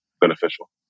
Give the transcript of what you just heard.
beneficial